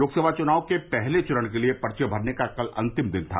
लोकसभा चुनाव के पहले चरण के लिए पर्चे भरने का कल अंतिम दिन था